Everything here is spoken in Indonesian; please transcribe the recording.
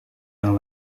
yang